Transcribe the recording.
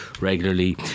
regularly